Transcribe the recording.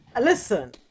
Listen